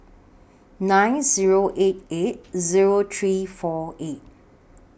nine Zero eight eight Zero three four eight